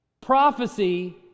prophecy